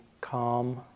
calm